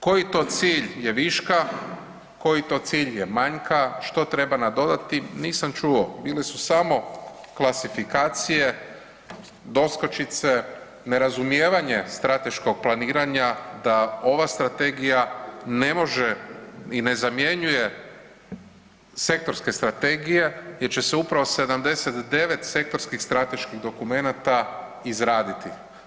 Koji to cilj je viška, koji to cilj je manjka, što treba nadodati, nisam čuo, bile su samo klasifikacije, doskočice, nerazumijevanje strateškog planiranja da ova strategija ne može i ne zamjenjuje sektorske strategije jer će se upravo 79 sektorskih strateških dokumenata izraditi.